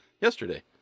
yesterday